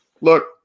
look